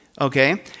okay